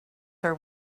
her